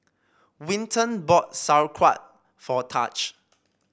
Winton bought Sauerkraut for Tahj